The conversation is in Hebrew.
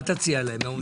אל תציע להם את זה.